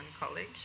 College